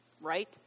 Right